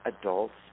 adults